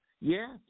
Yes